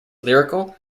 lyrical